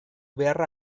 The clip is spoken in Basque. beharra